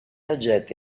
oggetti